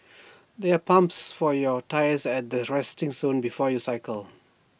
there are pumps for your tyres at the resting zone before you cycle